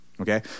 okay